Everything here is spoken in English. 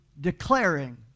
declaring